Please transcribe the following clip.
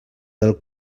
del